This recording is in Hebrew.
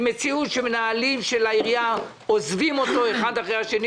עם מציאות שמנהלים בעירייה עוזבים אותו אחד אחרי השני.